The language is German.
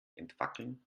entwackeln